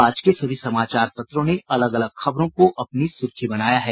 आज के सभी समाचार पत्रों ने अलग अलग खबरों को अपनी सुर्खी बनाया है